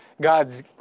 God's